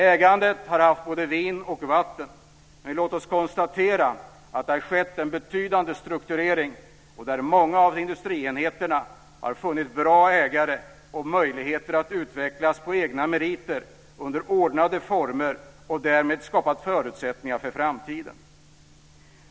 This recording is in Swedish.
Ägandet har inneburit både vin och vatten, men låt oss konstatera att det har skett en betydande strukturering där många av industrienheterna har funnit bra ägare och möjligheter att utvecklas på egna meriter under ordnade former, vilket därmed skapat förutsättningar för framtiden.